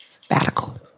Sabbatical